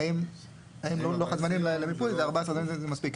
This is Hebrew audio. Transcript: האם לוח הזמנים למיפוי 14 ימים זה מספיק?